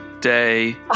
day